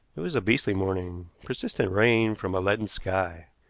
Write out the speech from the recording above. it was a beastly morning, persistent rain from a leaden sky.